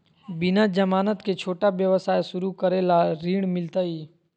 बिना जमानत के, छोटा व्यवसाय शुरू करे ला ऋण मिलतई?